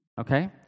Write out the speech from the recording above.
Okay